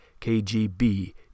KGB